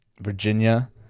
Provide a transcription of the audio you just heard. Virginia